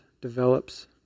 develops